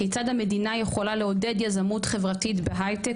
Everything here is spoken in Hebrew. כיצד המדינה יכולה לעודד יזמות חברתית בהייטק,